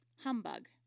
Humbug